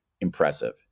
impressive